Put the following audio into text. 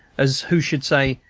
as who should say,